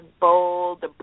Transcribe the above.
bold